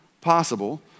possible